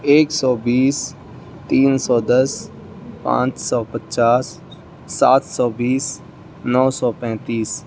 ایک سو بیس تین سو دس پانچ سو پچاس سات سو بیس نو سو پینتیس